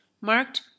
marked